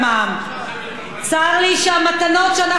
צר לי שהמתנות שאנחנו מחלקים לחגים,